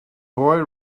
boy